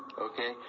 okay